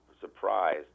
surprised